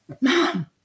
mom